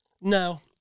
No